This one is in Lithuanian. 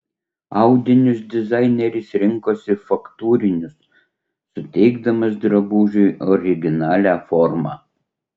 audinius dizaineris rinkosi faktūrinius suteikdamas drabužiui originalią formą